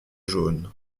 jaune